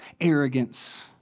arrogance